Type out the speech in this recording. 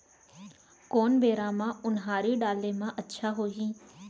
कोन बेरा म उनहारी डाले म अच्छा होही?